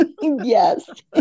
Yes